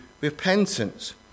repentance